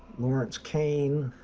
lawrence kane.